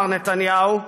מר נתניהו,